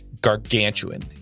gargantuan